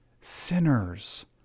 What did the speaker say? sinners